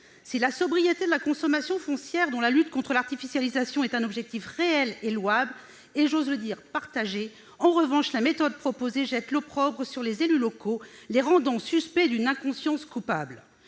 Si la sobriété de la consommation foncière, dont la lutte contre l'artificialisation, est un objectif réel et louable et, j'ose le dire, partagé, en revanche, la méthode proposée jette l'opprobre sur les élus locaux, les rendant suspects d'une inconscience coupable.